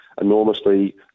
enormously